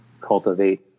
cultivate